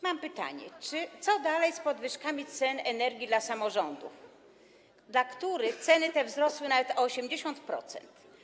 Mam pytanie: Co dalej z podwyżkami cen energii dla samorządów, w przypadku których ceny te wzrosły nawet o 80%?